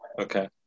Okay